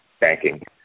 banking